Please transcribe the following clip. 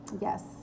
Yes